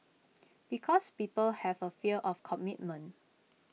because people have A fear of commitment